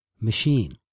machine